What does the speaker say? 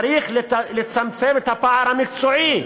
צריך לצמצם את הפער המקצועי.